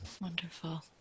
Wonderful